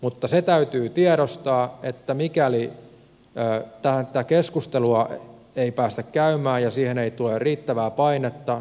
mutta se täytyy tiedostaa että mikäli tätä keskustelua ei päästä käymään ja siihen ei tule riittävää painetta